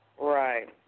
Right